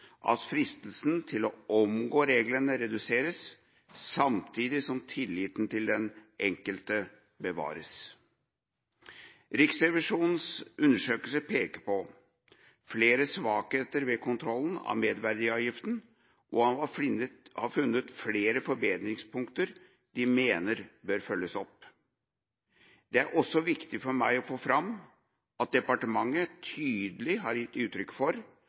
at fristelsen til å omgå reglene reduseres, samtidig som tilliten til den enkelte bevares. Riksrevisjonens undersøkelse peker på flere svakheter ved kontrollen av merverdiavgiften og har funnet flere forbedringspunkter de mener bør følges opp. Det er også viktig for meg å få fram at departementet tydelig har gitt uttrykk for